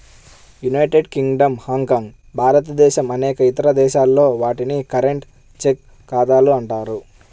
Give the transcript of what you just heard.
United Kingdom, Hong Kong, భారతదేశం అనేక ఇతర దేశాల్లో, వాటిని కరెంట్, చెక్ ఖాతాలు అంటారు